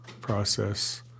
process